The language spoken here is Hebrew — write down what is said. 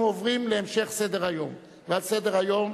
אנחנו עוברים להמשך סדר-היום, ועל סדר-היום